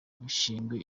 bishingwe